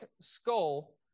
skull